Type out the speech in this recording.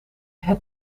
het